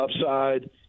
upside